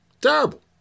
Terrible